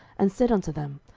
and said unto them,